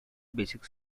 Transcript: basic